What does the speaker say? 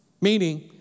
Meaning